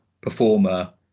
performer